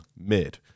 mid